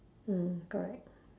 mm correct